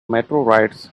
meteorites